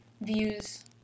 views